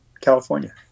California